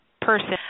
person